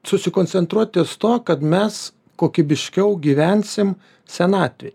susikoncentruot ties tuo kad mes kokybiškiau gyvensim senatvėj